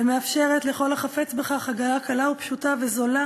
ומאפשרת לכל החפץ בכך הגעה קלה ופשוטה וזולה